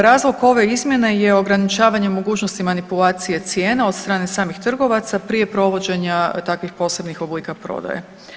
Razlog ove izmjene je ograničavanje mogućnosti manipulacije cijena od strane samih trgovaca prije provođenja takvih posebnih oblika prodaje.